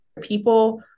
people